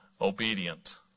obedient